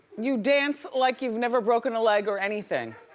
you dance like you've never broken a leg or anything.